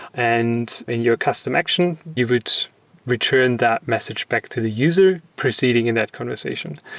and in your custom action, you would return that message back to the user proceeding in that conversation.